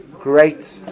great